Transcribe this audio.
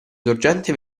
sorgente